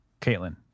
Caitlin